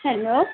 hello